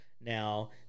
now